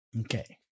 Okay